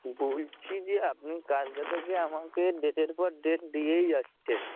বলছি যে আপনি কালকে থেকে আমাকে ডেটের পর ডেট দিয়েই যাচ্ছেন